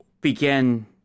begin